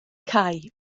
cau